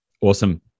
Awesome